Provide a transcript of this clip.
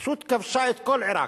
פשוט כבשה את כל עירק.